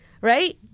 Right